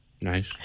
Nice